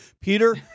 Peter